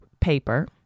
paper